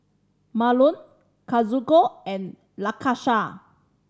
Marlon Kazuko and Lakesha